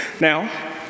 Now